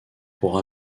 pour